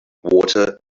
water